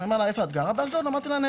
שאלתי אותה איפה את גרה?